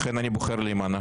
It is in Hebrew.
לכן אני בוחר להימנע.